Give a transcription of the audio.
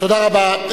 תודה רבה.